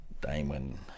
Diamond